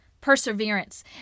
perseverance